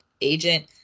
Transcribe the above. agent